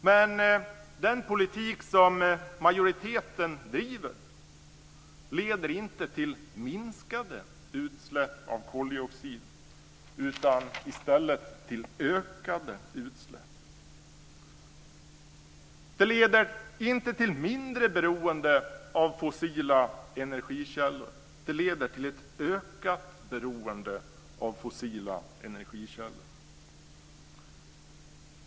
Men den politik som majoriteten driver leder inte till minskade utsläpp av koldioxid utan i stället till ökade utsläpp. Det leder inte till mindre beroende av fossila energikällor. Det leder till ett ökat beroende av fossila energikällor.